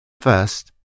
First